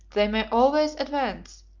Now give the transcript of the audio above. they may always advance,